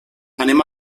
anem